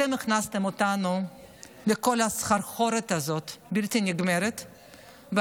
אתם הכנסתם אותנו לכל הסחרחורת הבלתי-נגמרת הזאת.